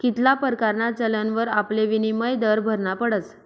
कित्ला परकारना चलनवर आपले विनिमय दर भरना पडस